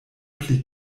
pli